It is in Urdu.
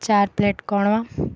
چار پلیٹ قورمہ